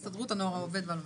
הסתדרות הנוער העובד והלומד,